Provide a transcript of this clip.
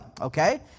Okay